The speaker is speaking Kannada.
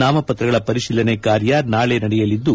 ನಾಮಪತ್ರಗಳ ಪರಿಶೀಲನೆ ಕಾರ್ಯ ನಾಳೆ ನಡೆಯಲಿದ್ದು